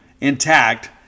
intact